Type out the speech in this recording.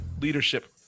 leadership